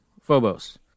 Phobos